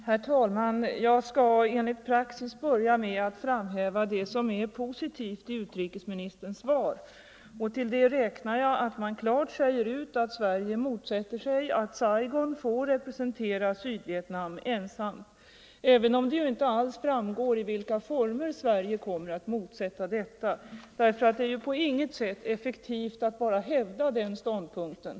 Herr talman! Jag skall enligt praxis börja med att framhäva det som är positivt i utrikesministerns svar. Till det räknar jag att man klart säger ut att Sverige motsätter sig att Saigonregimen ensam får representera Sydvietnam, även om det inte alls framgår i vilka former Sverige kommer att motsätta sig detta. Det är på inget sätt effektivt att bara hävda den ståndpunkten.